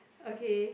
okay